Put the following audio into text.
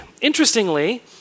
interestingly